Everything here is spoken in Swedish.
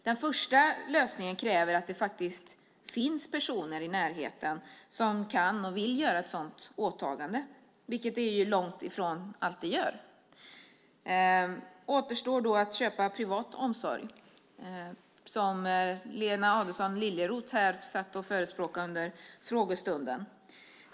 Den första lösningen kräver att det faktiskt finns personer i närheten som kan och vill göra ett sådant åtagande, vilket det ju långt ifrån alltid gör. Återstår då att köpa privat omsorg, som Lena Adelsohn Liljeroth förespråkade under frågestunden.